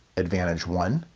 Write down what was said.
advantage one,